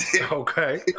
Okay